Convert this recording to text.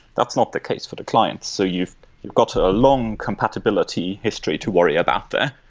that's not the case for the clients. so you've got a long compatibility history to worry about there.